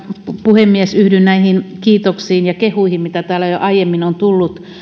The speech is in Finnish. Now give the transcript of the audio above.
puhemies yhdyn näihin kiitoksiin ja kehuihin mitä täällä jo aiemmin on tullut